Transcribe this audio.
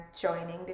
joining